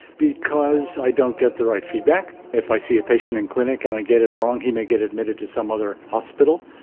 because i don't get the right feedback. if i see a patient in clinic and i get it wrong, he may get admitted to some other hospital,